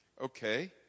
Okay